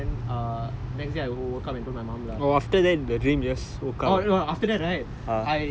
goosebumps and then afterwards like okay and then next day I overcome and told my mum lah